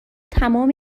تمام